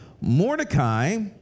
Mordecai